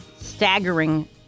staggering